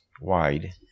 wide